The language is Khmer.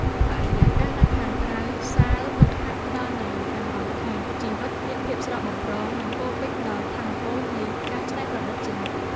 បរិយាកាសនៅខាងក្រៅសាលហ្វឹកហាត់ផ្ដល់នូវអារម្មណ៍ថា ជីវិតមានភាពស្រស់បំព្រង និងពោរពេញដោយថាមពលនៃការច្នៃប្រឌិតជានិច្ច។